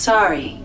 Sorry